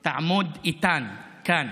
אתה תעמוד איתן כאן